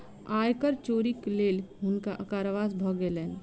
आय कर चोरीक लेल हुनका कारावास भ गेलैन